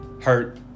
Hurt